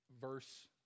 verse